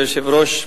כבוד היושב-ראש,